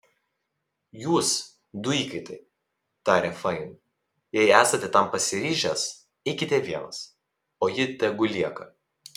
jūs du įkaitai tarė fain jei esate tam pasiryžęs eikite vienas o ji tegu lieka